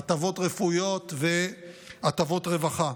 הטבות רפואיות והטבות רווחה,